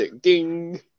Ding